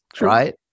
right